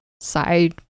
side